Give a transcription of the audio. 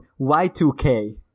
Y2K